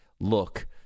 look